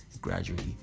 gradually